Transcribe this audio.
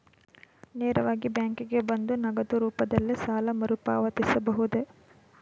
ನೇರವಾಗಿ ಬ್ಯಾಂಕಿಗೆ ಬಂದು ನಗದು ರೂಪದಲ್ಲೇ ಸಾಲ ಮರುಪಾವತಿಸಬಹುದೇ?